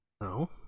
No